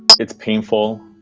it's painful,